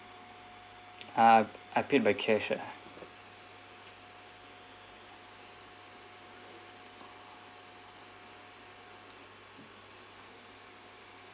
ah I paid by cash ah